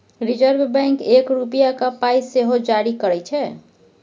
reserve bank एक रुपाक पाइ सेहो जारी करय छै